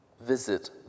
visit